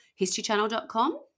historychannel.com